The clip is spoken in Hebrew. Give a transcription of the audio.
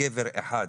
בקבר אחד.